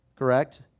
Correct